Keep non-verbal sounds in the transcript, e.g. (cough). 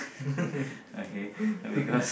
(laughs)